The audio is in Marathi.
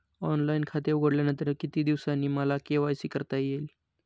ऑनलाईन खाते उघडल्यानंतर किती दिवसांनी मला के.वाय.सी करता येईल?